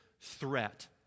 threat